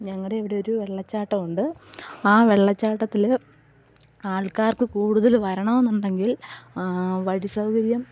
ഞങ്ങളുടെ ഇവിടെ ഒരു വെള്ളച്ചാട്ടമുണ്ട് ആ വെള്ളച്ചാട്ടത്തിൽ ആൾക്കാർക്ക് കൂടുതൽ വരണമെന്നുണ്ടെങ്കിൽ വഴി സൗകര്യം